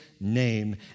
name